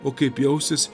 o kaip jausis